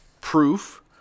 proof